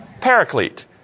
Paraclete